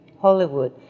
Hollywood